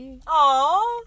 Aww